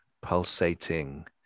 pulsating